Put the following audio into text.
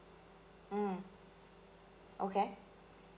mm okay